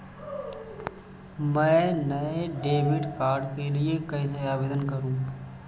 मैं नए debit card के लिए कैसे आवेदन करूं?